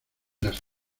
las